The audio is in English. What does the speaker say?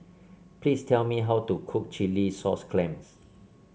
please tell me how to cook Chilli Sauce Clams